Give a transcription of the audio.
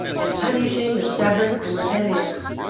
and punishing the stubborn and rebellious.